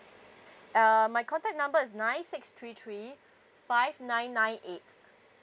uh my contact number is nine six three three five nine nine eight